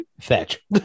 fetch